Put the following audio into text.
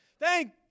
Thank